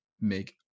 make